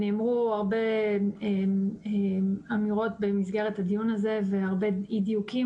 נאמרו הרבה אמירות במסגרת הדיון הזה והרבה אי-דיוקים.